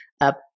up